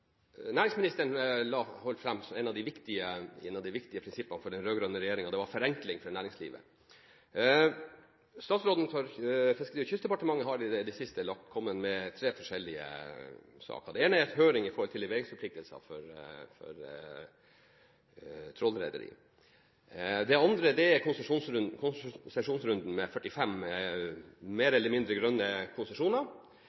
Næringsministeren holdt fram – som et av de viktige prinsippene for den rød-grønne regjeringen – forenkling for næringslivet. Statsråden for Fiskeri- og kystdepartementet har i det siste kommet med tre forskjellige saker. Det ene er høring om leveringsforpliktelser for trålrederier. Det andre er konsesjonsrunden med 45 mer